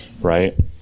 Right